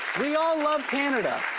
we all love canada.